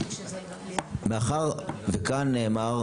מאחר וכאן נאמר,